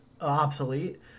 obsolete